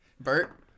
bert